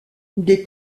des